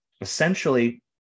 essentially